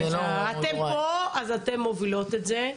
אתן פה אז אתן מובילות את זה.